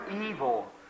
evil